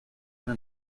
una